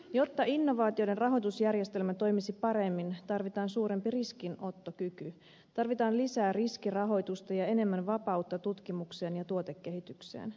jotta innovaatioiden rahoitusjärjestelmä toimisi paremmin tarvitaan suurempi riskinottokyky tarvitaan lisää riskirahoitusta ja enemmän vapautta tutkimukseen ja tuotekehitykseen